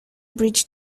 bridge